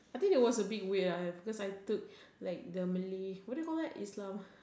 I think that was a bit weird lah because I took like the Malay what do you call that Islam